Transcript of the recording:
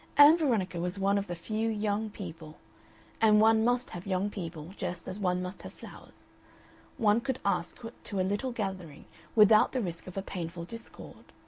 ann veronica was one of the few young people and one must have young people just as one must have flowers one could ask to a little gathering without the risk of a painful discord.